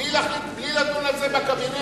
בלי לדון על זה בקבינט?